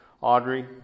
audrey